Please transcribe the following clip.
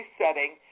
setting